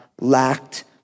lacked